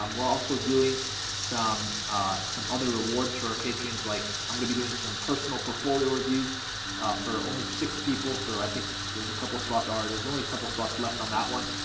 um we're also doing some some other rewards for our patreon like i'm gonna be doing some personal portfolio reviews for only six people, so i think there's a couple spots are there's only a couple spots left on that one